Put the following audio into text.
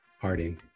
Harding